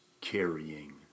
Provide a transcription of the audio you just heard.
carrying